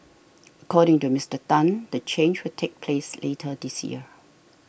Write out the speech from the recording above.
according to Mister Tan the change will take place later this year